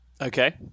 Okay